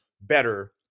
better